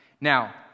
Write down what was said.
Now